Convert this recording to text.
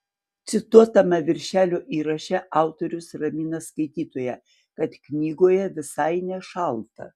cituotame viršelio įraše autorius ramina skaitytoją kad knygoje visai nešalta